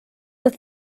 was